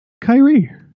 Kyrie